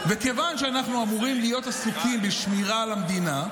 ובאותה תקופה חיברו לשומרים בכניסה לישראל קבוצה של נשים,